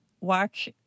watch